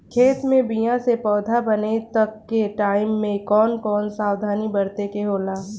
खेत मे बीया से पौधा बने तक के टाइम मे कौन कौन सावधानी बरते के होला?